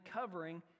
covering